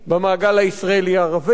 במעגל הישראלי ערבי,